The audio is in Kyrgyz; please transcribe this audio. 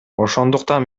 ошондуктан